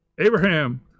Abraham